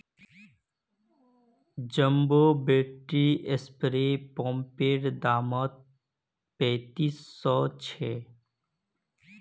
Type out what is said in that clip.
jumbo battery spray पंपैर दाम पैंतीस सौ छे